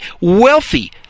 wealthy